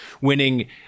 Winning